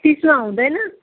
तिसमा हुँदैन